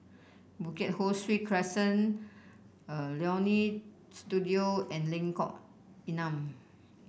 Bukit Ho Swee Crescent Leonie Studio and Lengkok Enam